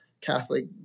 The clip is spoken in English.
Catholic